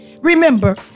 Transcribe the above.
Remember